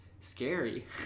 scary